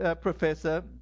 professor